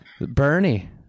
Bernie